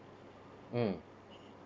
mm